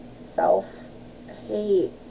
self-hate